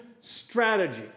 strategy